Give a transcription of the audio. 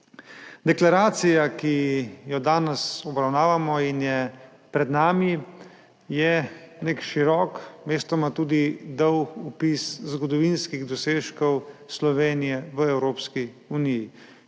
Deklaracija, ki jo danes obravnavamo in je pred nami, je nek širok, mestoma tudi dolg opis zgodovinskih dosežkov Slovenije v Evropski uniji.